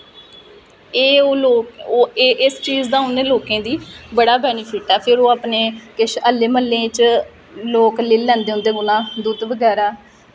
एहे ओह् लोग इस चीज़ दा उ'नें लोकें गी बड़ा बेनिफिट ऐ फिर ओह् अपने किश हल्लें म्ह्ल्लें च लोग लेई लैंदे उं'दे कोला दुद्ध बगैरा